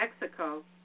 Mexico